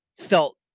felt